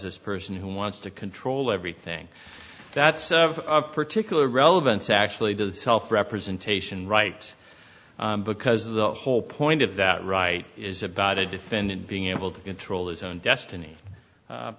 this person who wants to control everything that's of particular relevance actually to the self representation right because the whole point of that right is about a defendant being able to control his own destiny